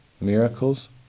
miracles